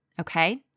okay